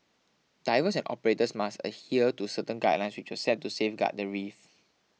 divers and operators must adhere to certain guidelines which were set to safeguard the reef